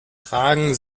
tragen